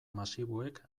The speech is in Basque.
masiboek